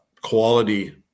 quality